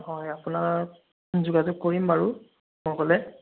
হয় আপোনাৰ যোগাযোগ কৰিম বাৰু মই গ'লে